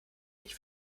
nicht